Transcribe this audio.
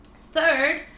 Third